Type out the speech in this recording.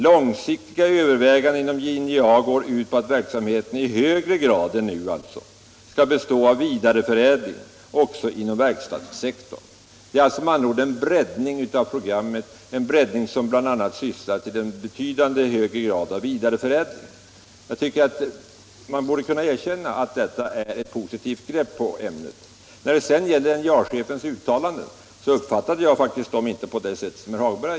Långsiktiga överväganden inom NJA går ut på att verksamheten i högre grad skall bestå av vidareförädling, också inom verkstadssektorn.” Det är med andra ord en breddning av programmet, en breddning som bl.a. syftar till en betydligt högre grad av vidareförädling. Jag tycker herr Hagberg borde kunna erkänna att detta är ett positivt grepp. Jag uppfattade inte NJA-chefens uttalanden på samma sätt som herr Hagberg.